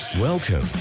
Welcome